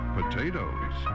potatoes